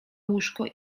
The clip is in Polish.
łóżko